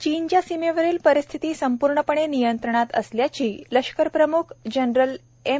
चीनच्या सीमेवरील परिस्थिती संपूर्णपणे नियंत्रणात असल्याची लष्कर प्रमुख जनरल एम